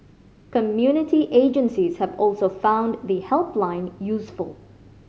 community agencies have also found the helpline useful